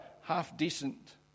half-decent